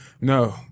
No